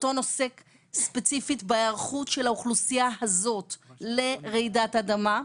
הסרטון עוסק ספציפית בהיערכות של האוכלוסייה הזאת לרעידת אדמה.